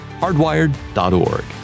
hardwired.org